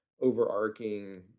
overarching